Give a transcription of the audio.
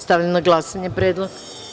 Stavljam na glasanje ovaj predlog.